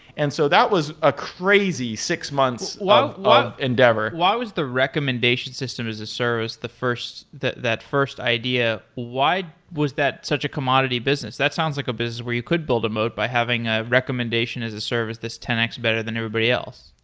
and so that was a crazy six months of endeavor. why was the recommendation system as a service the first that that first idea. why was that such a commodity business? that sounds like a business where you could build a mode by having a recommendation as a service, this ten x better than everybody else.